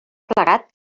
plegat